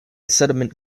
sediment